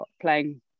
playing